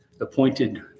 appointed